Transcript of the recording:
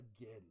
again